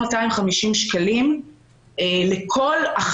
אנחנו דורשים תוספת של 1250 שקלים לכל אחד